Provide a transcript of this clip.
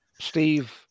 Steve